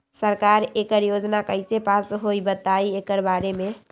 सरकार एकड़ योजना कईसे पास होई बताई एकर बारे मे?